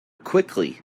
quickly